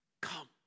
Come